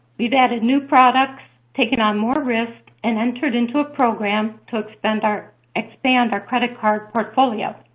we've added new products, taken on more risk, and entered into a program to expand our expand our credit card portfolio.